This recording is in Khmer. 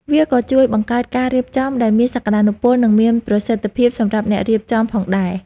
វាក៏ជួយបង្កើតការរៀបចំដែលមានសក្តានុពល និងមានប្រសិទ្ធភាពសម្រាប់អ្នករៀបចំផងដែរ។